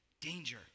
danger